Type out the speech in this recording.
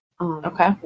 Okay